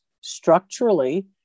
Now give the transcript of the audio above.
structurally